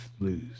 blues